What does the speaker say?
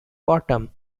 bottom